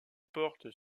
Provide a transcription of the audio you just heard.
porte